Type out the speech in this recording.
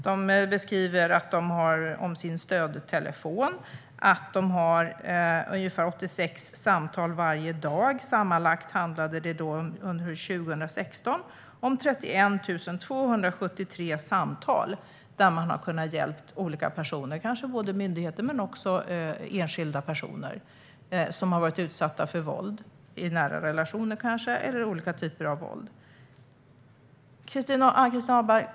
De beskrev att de har en stödtelefon som får 86 samtal varje dag. Sammanlagt handlade det under 2016 om 31 273 samtal där man, både myndigheter och enskilda personer, har kunnat hjälpa olika människor som har varit utsatta för våld i nära relationer eller annat våld. Ann-Christin Ahlberg!